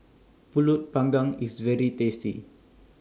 Pulut Panggang IS very tasty